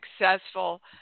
successful